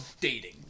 dating